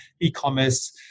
e-commerce